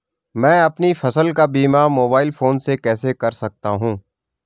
मैं अपनी फसल का बीमा मोबाइल फोन से कैसे कर सकता हूँ?